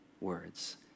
words